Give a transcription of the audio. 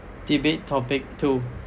debate topic two